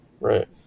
Right